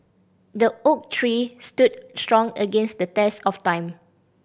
the oak tree stood strong against the test of time